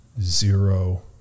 zero